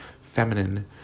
feminine